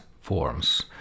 forms